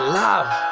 love